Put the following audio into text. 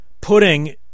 putting